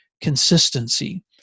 consistency